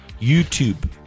YouTube